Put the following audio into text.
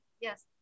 yes